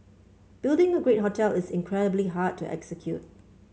building a great hotel is incredibly hard to execute